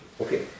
Okay